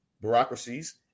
bureaucracies